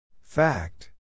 Fact